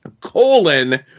colon